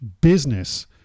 business